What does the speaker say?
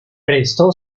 prestó